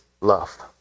love